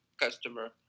customer